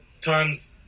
times